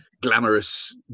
glamorous